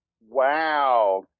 wow